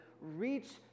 reach